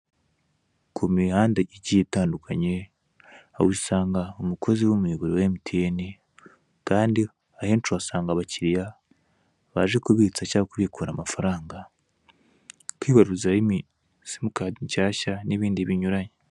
Ku mihanda igiye itandukanye aho usanga umukozi w'umuyoboro wa emutiyene kandi ahenshi uhasanga abakiriya baje kubitsa cyangwa kubikuza amafaranga, kwibaruzaho simukadi nshyashya n'ibindi binyuranye.